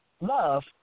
love